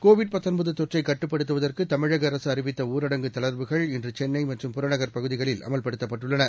Covid தொற்றைக் கட்டுப்படுத்துவதற்குதமிழகஅரசுஅறிவித்தஊரடங்கு தளர்வுகள் இன்றுசென்னைமற்றும் புறநகர்ப் பகுதிகளில் அமல்படுத்தப்பட்டுள்ளன